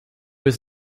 was